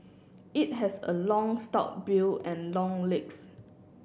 it has a long stout bill and long legs